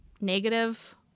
negative